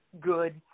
good